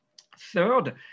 Third